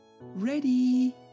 Ready